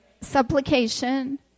supplication